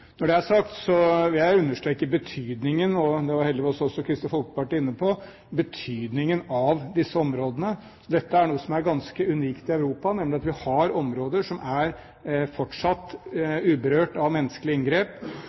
Når det er sagt, vil jeg understreke betydningen – og det var heldigvis også Kristelig Folkeparti inne på – av disse områdene. Det er nemlig noe som er ganske unikt i Europa at vi har områder som fortsatt er uberørt av menneskelige inngrep.